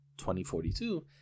2042